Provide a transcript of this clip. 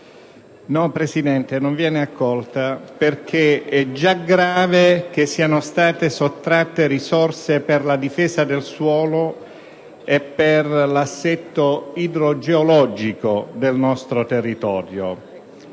come raccomandazione, perché è già grave che siano state sottratte risorse per la difesa del suolo e per l'assetto idrogeologico del nostro territorio